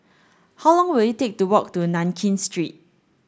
how long will it take to walk to Nankin Street